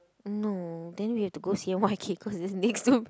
no then we have to go C_N_Y_K cause it's just next to